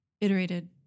iterated